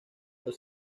los